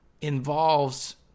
involves